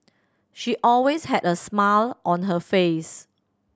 she always had a smile on her face